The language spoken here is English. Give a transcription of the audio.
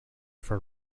for